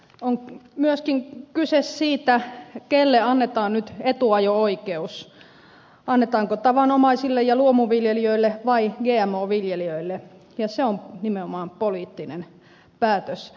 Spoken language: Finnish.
on myöskin kyse siitä kenelle annetaan nyt etuajo oikeus annetaanko tavanomaisille ja luomuviljelijöille vai gmo viljelijöille ja se on nimenomaan poliittinen päätös